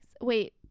wait